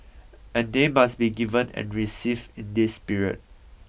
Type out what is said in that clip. and they must be given and received in this spirit